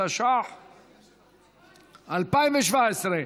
התשע"ח 2017,